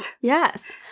Yes